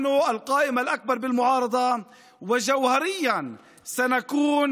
אנחנו הרשימה הגדולה ביותר באופוזיציה, ונפעל